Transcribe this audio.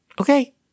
Okay